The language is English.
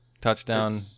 touchdown